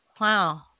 Wow